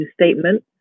statement